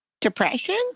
Depression